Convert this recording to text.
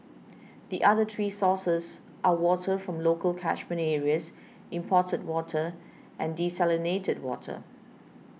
the other three sources are water from local catchment areas imported water and desalinated water